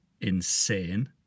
insane